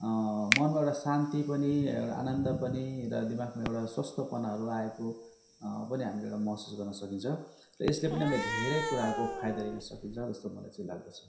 मनमा एउटा शान्ति पनि एउटा आनन्द पनि र दिमागमा एउटा स्वास्थ्यपनहरू आएको पनि हामीले एउटा महसुस गर्न सकिन्छ यसले पनि हामीलाई धेरै कुराको फाइदा लिन सकिन्छ जस्तो मलाई चाहिँ लाग्दछ